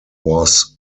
was